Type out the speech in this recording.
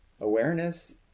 Awareness